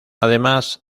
además